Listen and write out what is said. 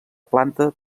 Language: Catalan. planta